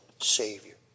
Savior